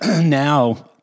now